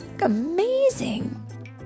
amazing